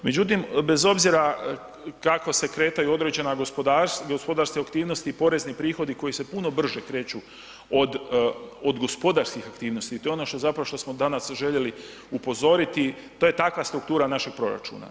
Međutim, bez obzira kako se kretaju određena gospodarske aktivnosti i porezni prihodi koji se puno brže kreću od gospodarskih aktivnosti i to je ono zapravo što smo danas željeli upozoriti, to je takva struktura našeg proračuna.